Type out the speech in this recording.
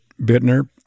Bittner